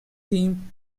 team